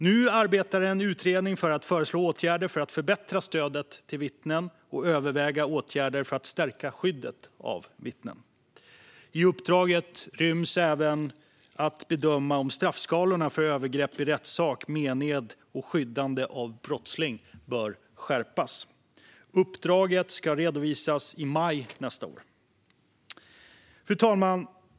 Nu arbetar en utredning för att föreslå åtgärder för att förbättra stödet till vittnen och överväga åtgärder för att stärka skyddet av vittnen. I uppdraget ryms även att bedöma om straffskalorna för övergrepp i rättssak, mened och skyddande av brottsling bör skärpas. Uppdraget ska redovisas i maj nästa år. Fru talman!